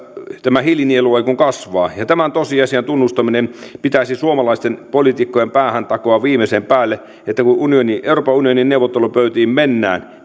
tämä hiilinielu ei kun kasvaa tämän tosiasian tunnustaminen pitäisi suomalaisten poliitikkojen päähän takoa viimeisen päälle että kun euroopan unionin neuvottelupöytiin mennään